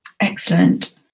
excellent